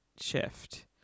shift